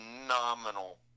phenomenal